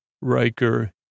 Riker